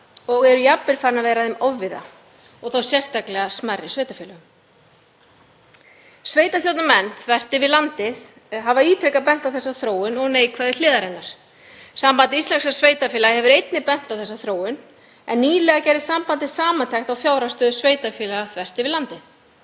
og eru jafnvel farin að vera þeim ofviða og þá sérstaklega smærri sveitarfélögum. Sveitarstjórnarmenn þvert yfir landið hafa ítrekað bent á þessa þróun og neikvæðu hliðarnar. Samband íslenskra sveitarfélaga hefur einnig bent á þessa þróun, en nýlega gerði sambandið samantekt á fjárhagsstöðu sveitarfélaga þvert yfir landið.